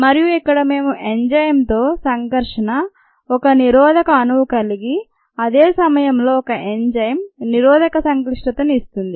మరియు ఇక్కడ మేము ఎంజైమ్ తో సంకర్షణ ఒక నిరోధక అణువు కలిగి అదే సమయంలో ఒక ఎంజైమ్ నిరోధిత సంక్లిష్టతను ఇస్తుంది